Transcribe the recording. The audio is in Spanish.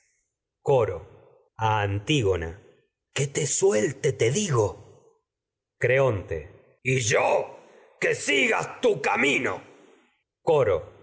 coro a antígona que te sueltes te digo creonte coro y yo que sigas tu camino corred